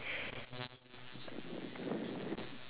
I will be paying for the cats